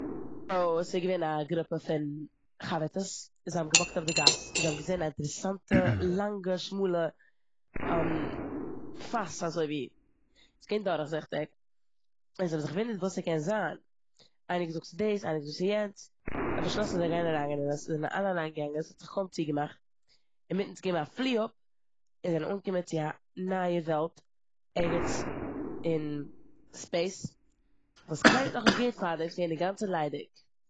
ס'געווען א גרופע פון חברטעס. זיי האבן געוואקט אויף די גאס און זיי האבן געזען א אינטערעסאנטע,, לאנגע, שמאלע פאס אזויווי. ס'געווען דורכזיכטיג און זיי האבן זיך געוואונדערט וואס ס'קען זיין. איינער האט געזאגט ס'דאס, איינער האט געזאגט ס'יענס. זיי האבן באשלאסן זיי גייען אריינגיין אין עס און זיי זענען אלע אריינגעגאנגען אין עס, ס'האט זיך קוים ציגעמאכט. אינמיטן האט עס געגעבן א פלי אפ און זי זענען אנגעקומען צו א נייע וועלט ערגעץ אין ספעיס וואס קיינער האט נישט נאכנישט געהערט פארדעם, ס'געווען אינגאנצן ליידיג.